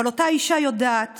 אבל אותה אישה יודעת